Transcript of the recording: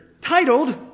titled